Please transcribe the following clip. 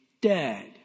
dead